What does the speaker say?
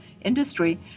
industry